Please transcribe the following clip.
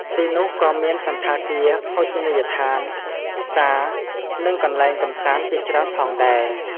ទីនោះក៏មានសណ្ឋាគារ ភោជនីយដ្ឋាន ផ្សារ និងកន្លែងកម្សាន្តជាច្រើនផងដែរ។